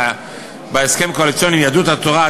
שבהסכם הקואליציוני עם יהדות התורה,